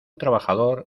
trabajador